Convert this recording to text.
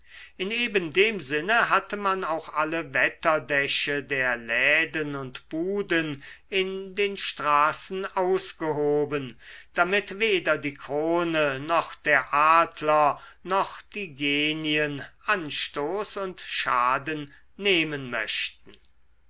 in eben dem sinne hatte man auch alle wetterdächer der läden und buden in den straßen ausgehoben damit weder die krone noch der adler noch die genien anstoß und schaden nehmen möchten